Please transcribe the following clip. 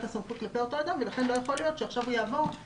הסמכות כלפי אותו אדם ולכן לא יכול להיות שעכשיו הוא יתחיל